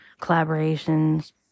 collaborations